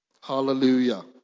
Hallelujah